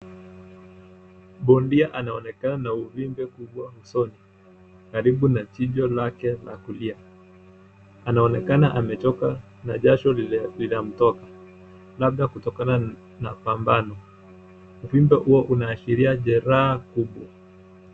Bondia anaonekana na uvimbe kubwa usoni karibu na jicho lake la kulia. Anaonekana amechoka na jasho linamtoka labda kutokana na pambano. Uvimbe huo unaashiria jeraha kubwa.